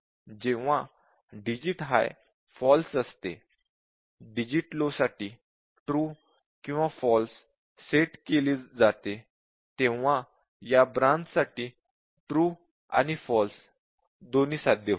जेव्हा digit high false असते digit low साठी ट्रू किंवा फॉल्स सेट केले जाते तेव्हा या ब्रांच साठी ट्रू आणि फॉल्स दोन्ही साध्य होईल